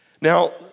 Now